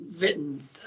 written